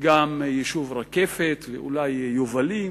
גם היישוב רקפת ואולי יובלים,